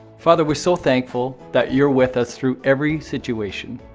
father, we're so thankful that you're with us through every situation.